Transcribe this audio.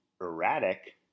erratic